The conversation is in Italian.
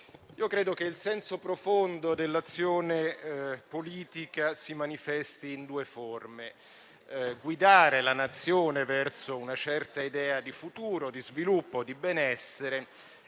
credo che il senso profondo dell'azione politica si manifesti in due forme: guidare la Nazione verso una certa idea di futuro, sviluppo e benessere